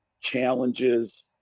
challenges